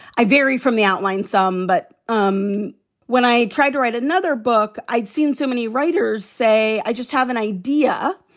i vary from the outline some, but um when i tried to write another book, i'd seen so many writers say, i just have an idea.